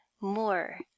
more